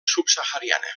subsahariana